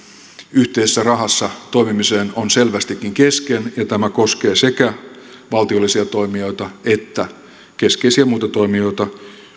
yhteisessä rahassa toimimiseen on selvästikin kesken ja tämä koskee sekä valtiollisia toimijoita että keskeisiä muita toimijoita